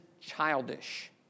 childish